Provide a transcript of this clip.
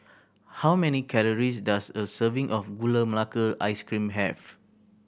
how many calories does a serving of Gula Melaka Ice Cream have